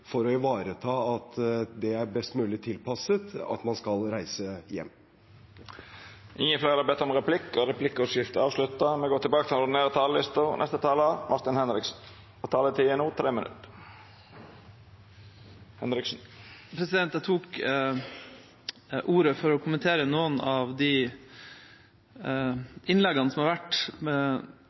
for å ivareta at det er best mulig tilpasset at man skal reise hjem. Replikkordskiftet er avslutta. Dei talarane som heretter får ordet, har ei taletid på inntil 3 minutt. Jeg tok ordet for å kommentere noen av de innleggene som har vært